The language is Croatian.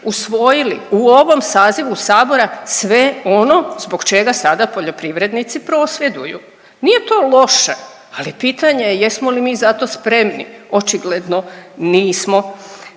usvojili u ovom sazivu sabora sve ono zbog čega sada poljoprivrednici prosvjeduju. Nije to loše, ali pitanje je jesmo li mi za to spremni. Očigledno nismo.